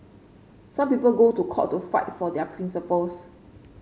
some people go to court to fight for their principles